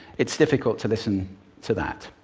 it's difficult to listen to that.